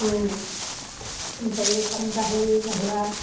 ओमफ्राय ओंखाम जाहोयो जाहोआ